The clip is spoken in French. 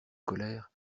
colère